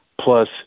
plus